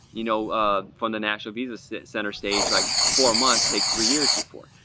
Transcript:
you know from the national visa center stage, like four months take three years before.